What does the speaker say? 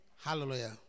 Hallelujah